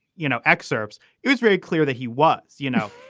you know, excerpts, he was very clear that he was you know,